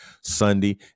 Sunday